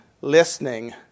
listening